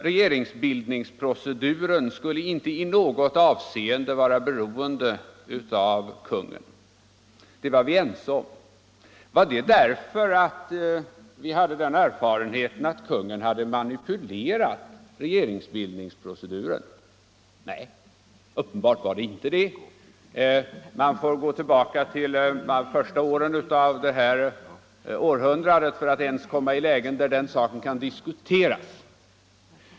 Regeringsbildningsproceduren skulle inte i något avseende vara beroende av kungen. Det var vi ense om. Var det för att vi hade den erfarenheten att kungen hade manipulerat regeringsbildningsproceduren? Nej, uppenbart var det inte så. Man får gå tillbaka till de första åren av detta århundrade för att ens hitta lägen där den saken kan diskuteras.